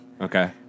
Okay